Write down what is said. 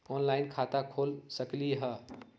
Online खाता खोल सकलीह?